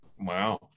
Wow